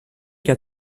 qu’à